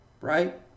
right